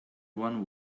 one